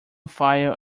fire